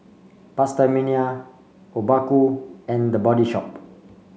PastaMania Obaku and The Body Shop